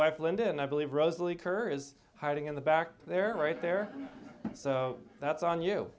wife linda and i believe rosalie kerr is hiding in the back there right there so that's on you